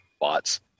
bots